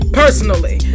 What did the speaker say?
personally